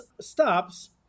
stops